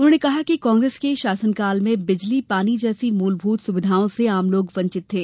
उन्होंने कहा कि कांग्रेस के शासन काल में बिजली पानी जैसी मूलभूत सुविघाओं से आम लोग वंचित थे